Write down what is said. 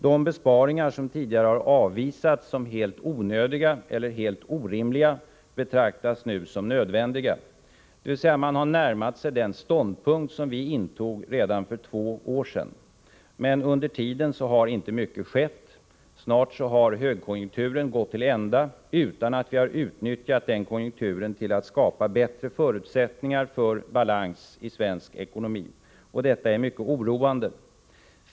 De besparingar som tidigare har avvisats som helt onödiga eller helt orimliga betraktas nu som nödvändiga, dvs. man har närmat sig den ståndpunkt som vi intog redan för två år sedan — men under tiden har inte mycket skett. Snart har högkonjunkturen gått till ända utan att vi har utnyttjat den till att skapa bättre förutsättningar för balans i svensk ekonomi. Detta är mycket oroande.